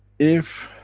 if,